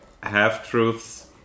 half-truths